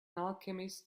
alchemist